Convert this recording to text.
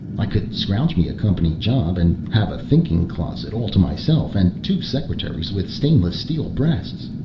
i could scrounge me a company job and have a thinking closet all to myself and two secretaries with stainless steel breasts.